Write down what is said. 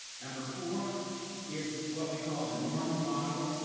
number four is what we call the normal model.